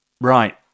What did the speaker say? right